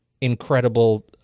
incredible